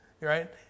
right